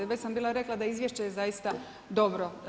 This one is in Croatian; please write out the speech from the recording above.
Već sam bila rekla da Izvješće je zaista dobro.